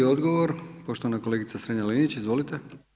Odgovor poštovana kolegica Strenja-Linić, izvolite.